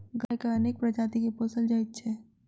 गायक अनेक प्रजाति के पोसल जाइत छै